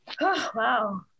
wow